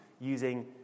using